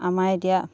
আমাৰ এতিয়া